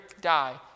die